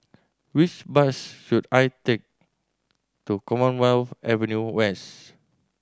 which bus should I take to Commonwealth Avenue West